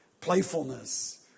Playfulness